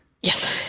Yes